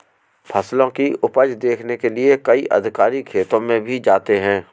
फसलों की उपज देखने के लिए कई अधिकारी खेतों में भी जाते हैं